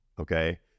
okay